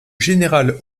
général